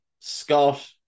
Scott